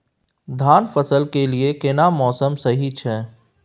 धान फसल के लिये केना मौसम सही छै?